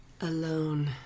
alone